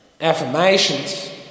Affirmations